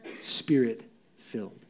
spirit-filled